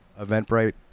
Eventbrite